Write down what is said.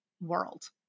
world